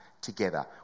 together